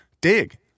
dig